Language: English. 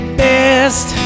best